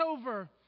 over